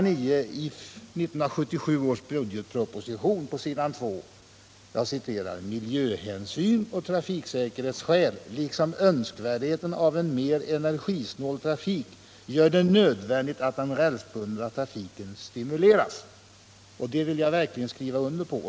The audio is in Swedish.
9 till 1977 års budgetproposition: ” Miljöhänsyn och trafiksäkerhetsskäl liksom önskvärdheten av en mer energisnål trafik gör det nödvändigt att den rälsbundna trafiken stimuleras.” Det uttalandet vill jag verkligen stryka under.